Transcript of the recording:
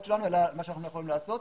שלנו אלא מה שאנחנו יכולים לעשות,